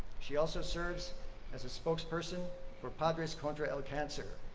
she also serves as a spokesperson for padres contra el cancer,